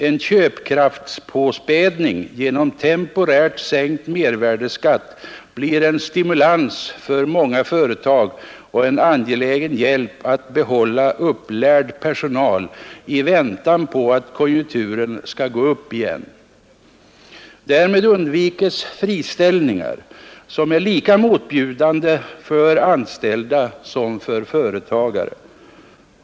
En köpkraftspåspädning genom temporärt sänkt mervärdeskatt blir en stimulans för många företag och en angelägen hjälp att behålla upplärd personal i väntan på att konjunkturerna skall gå uppåt igen. Därmed undvikes friställningar, som är lika motbjudande för anställda som för företagare.